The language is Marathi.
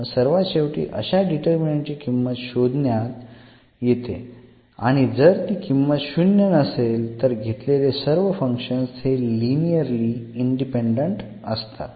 सर्वात शेवटी अशा डिटरमिनंटची किंमत शोधण्यात येते आणि जर ती किंमत शून्य नसेल तर घेतलेले सर्व फंक्शन्स हे लिनिअर इंडिपेंडेंट असतात